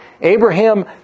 Abraham